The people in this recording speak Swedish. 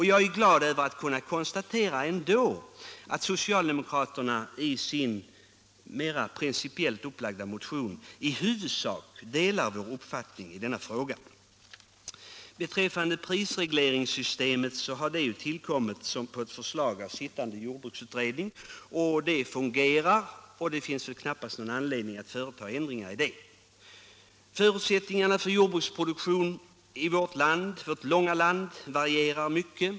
Jag är glad att kunna konstatera att socialdemokraterna i sin mera principiellt upplagda motion i huvudsak delar vår uppfattning i denna fråga. Prisregleringssystemet har tillkommit på förslag av sittande jordbruksutredning. Det fungerar och därför finns det knappast någon anledning att företa ändringar i det. Förutsättningarna för jordbruksproduktion i vårt långa land varierar mycket.